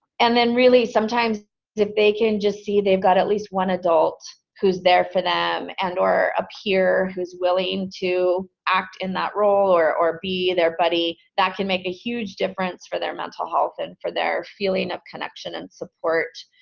and then really sometimes if they can just see they've got at least one adult who's there for them, and or a peer who's willing to act in that role, or or be their buddy, that can make a huge difference for their mental health and for their feeling of connection and support.